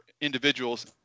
individuals